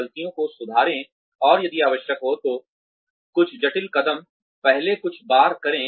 ग़लतियों को सुधारें और यदि आवश्यक हो तो कुछ जटिल कदम पहले कुछ बार करें